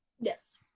Yes